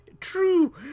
True